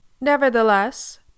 Nevertheless